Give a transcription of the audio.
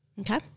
Okay